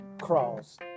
crawls